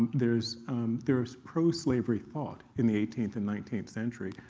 there is there is pro-slavery thought in the eighteenth and nineteenth century,